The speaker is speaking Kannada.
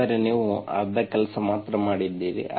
ಆದರೆ ನೀವು ಅರ್ಧ ಕೆಲಸ ಮಾತ್ರ ಮಾಡಿದ್ದೀರಿ